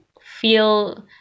feel